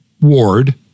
ward